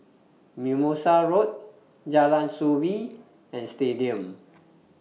Mimosa Road Jalan Soo Bee and Stadium